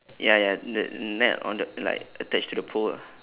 ya ya the net on the like attached to the pole lah